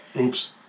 Oops